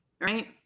right